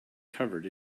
covered